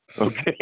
Okay